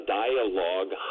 dialogue